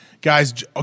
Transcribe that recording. guys